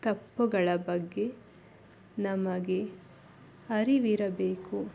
ತಪ್ಪುಗಳ ಬಗ್ಗೆ ನಮಗೆ ಅರಿವಿರಬೇಕು